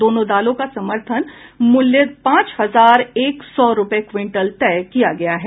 दोनों दालों का समर्थन मूल्य पांच हजार एक सौ रूपये क्विंटल तय किया गया है